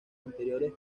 anteriores